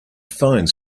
phone